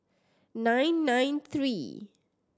nine nine three